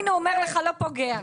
הוא אומר לך שלא פוגע.